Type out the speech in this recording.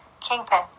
Kingpin